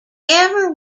ever